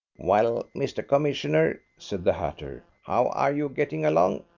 well, mr. commissioner, said the hatter, how are you getting along?